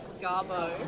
garbo